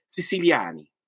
Siciliani